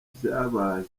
vyabaye